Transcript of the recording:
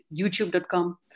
YouTube.com